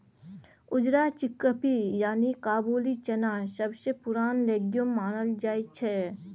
उजरा चिकपी यानी काबुली चना सबसँ पुरान लेग्युम मानल जाइ छै